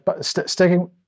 Sticking